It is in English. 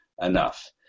enough